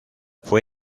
fue